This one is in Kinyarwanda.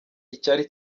icyari